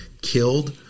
killed